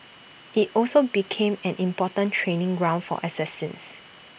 IT also became an important training ground for assassins